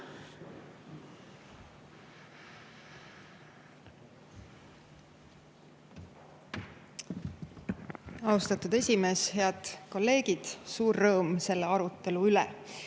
Austatud esimees! Head kolleegid! Suur rõõm selle arutelu üle.